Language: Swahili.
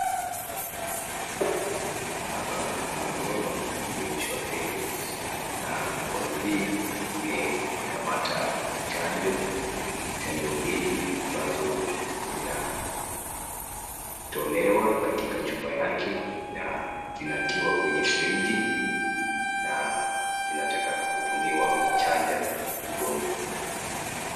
Hapa kuna mkono iliyovishwa pete na mkono hii imekamata chanjo, chanjo mbili ambazo zinatolewa katika chupa yake na zinatiwa kwenye sirinji na zinataka kutumiwa kuchanja mgonjwa.